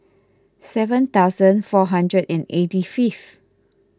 seven thousand four hundred and eighty fifth